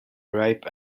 ripe